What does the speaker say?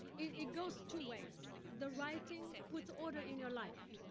it goes two ways. the writing puts order in your life.